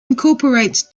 incorporates